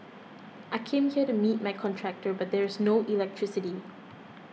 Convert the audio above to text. I came here to meet my contractor but there's no electricity